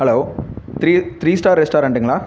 hello three three star ரெஸ்டாரெண்ட்டுங்களா